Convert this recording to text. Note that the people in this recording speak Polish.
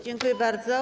Dziękuję bardzo.